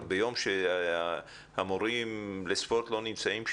אבל ביום שהמורים לספורט לא נמצאים,